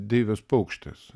deivės paukštės